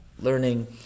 Learning